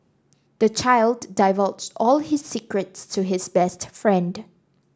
the child divulged all his secrets to his best friend